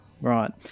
Right